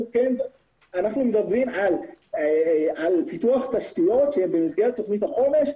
מדברים על פיתוח תשתיות שבמסגרת תכנית החומש,